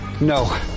No